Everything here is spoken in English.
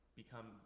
become